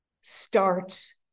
starts